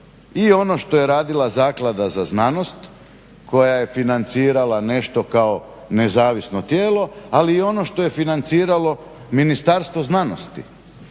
i ono što je radila Zaklada za znanost koja je financirala nešto kao nezavisno tijelo, ali i ono što je financiralo Ministarstvo znanosti.